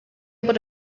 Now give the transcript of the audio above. able